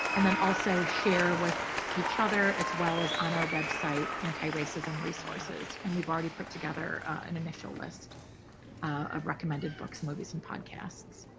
and then also share with each other, as well as on our website anti racism resources and we've already put together an initial list of recommended books, movies and podcasts.